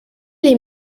les